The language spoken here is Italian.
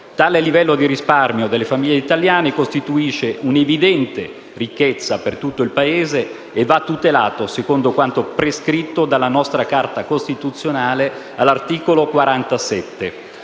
Tale livello di risparmio delle famiglie italiane costituisce un'evidente ricchezza per tutto il Paese e va tutelato, secondo quanto prescritto dalla nostra Carta costituzionale all'articolo 47.